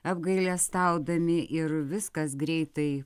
apgailestaudami ir viskas greitai